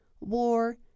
war